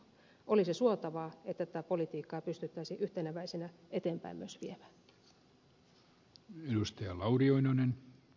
olisi suotavaa että tätä politiikkaa pystyttäisiin yhteneväisenä myös viemään eteenpäin